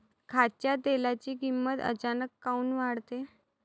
खाच्या तेलाची किमत अचानक काऊन वाढते?